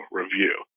review